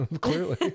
clearly